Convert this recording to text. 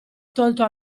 tolto